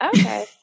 Okay